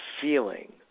feeling